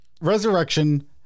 Resurrection